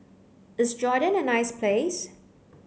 is Jordan a nice place